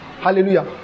Hallelujah